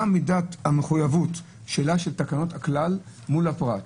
מה מידת המחויבות, שאלה של תקנות הכלל מול הפרט.